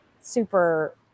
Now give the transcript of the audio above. super